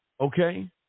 okay